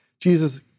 Jesus